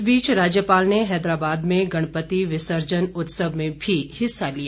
इस बीच राज्यपाल ने हैदराबाद में गणपति विसर्जन उत्सव में भी हिस्सा लिया